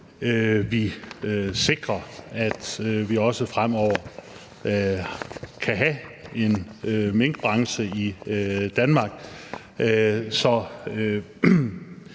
vi sikrer, at vi også fremover kan have en minkbranche i Danmark.